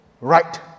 right